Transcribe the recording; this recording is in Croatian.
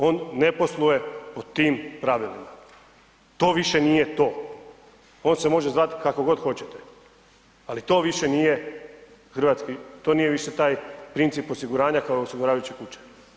On ne posluje po tim pravilima, to više nije to, on se može zvati kako god hoćete ali to više nije hrvatski, to nije više taj princip osiguranja kao osiguravajuće kuće.